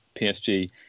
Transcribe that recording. PSG